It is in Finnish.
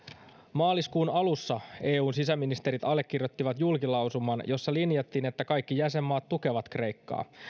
maaliskuun alussa eun sisäministerit allekirjoittivat julkilausuman jossa linjattiin että kaikki jäsenmaat tukevat kreikkaa